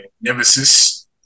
nemesis